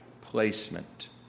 placement